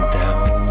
down